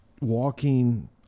walking